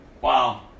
Wow